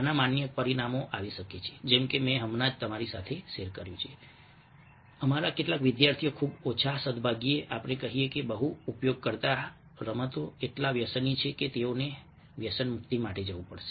આના માન્ય પરિણામો આવી શકે છે જેમ કે મેં હમણાં જ તમારી સાથે શેર કર્યું છે કે અમારા કેટલાક વિદ્યાર્થીઓ ખૂબ ઓછા સદભાગ્યે આપણે કહીએ કે બહુ ઉપયોગકર્તા રમતો એટલા વ્યસની છે કે તેઓને વ્યસન મુક્તિ માટે જવું પડશે